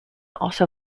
also